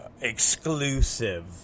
Exclusive